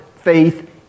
faith